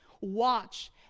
Watch